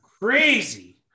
crazy